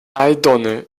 aldone